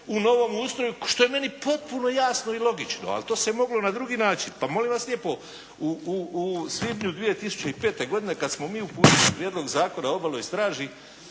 u novom ustroju, što je meni potpuno jasno i logično. Ali to se moglo na drugi način. Pa molim vas lijepo, u svibnju 2005. godine kad smo mi uputili Prijedlog Zakona o Obalnoj straži